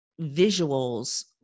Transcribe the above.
visuals